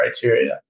criteria